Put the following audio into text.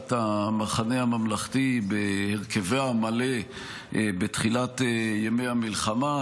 סיעת המחנה הממלכתי בהרכבה המלא בתחילת ימי המלחמה,